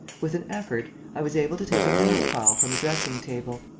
with an effort, i was able to take a nail-file from a dressing-table.